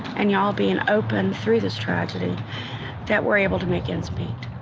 and you all being open through this tragedy that we're able to make ends meet,